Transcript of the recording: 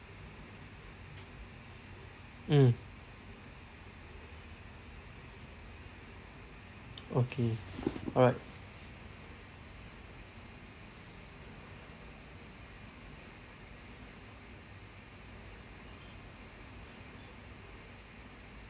mm okay all right